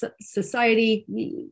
society